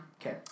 okay